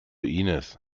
inis